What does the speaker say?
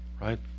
right